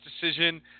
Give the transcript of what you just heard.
decision